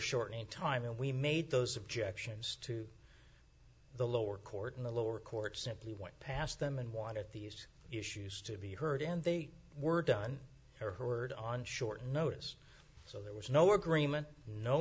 shortening time and we made those objections to the lower court in the lower court simply went past them and wanted these issues to be heard and they were done or heard on short notice so there was no agreement no